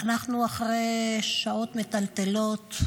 אנחנו אחרי שעות מטלטלות,